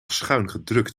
schuingedrukt